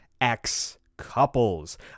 ex-couples